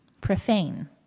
profane